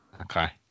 Okay